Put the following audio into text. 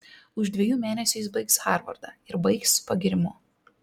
už dviejų mėnesių jis baigs harvardą ir baigs su pagyrimu